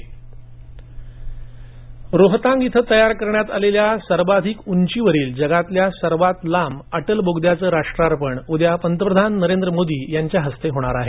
अटल बोगदा पुल रोहतांग इथं तयार करण्यात आलेल्या सर्वाधिक उंची वरील जगातल्या सर्वात लांब अटल बोगद्याचं राष्ट्रार्पण उद्या पंतप्रधान नरेंद्र मोदींच्या हस्ते होणार आहे